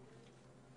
פה?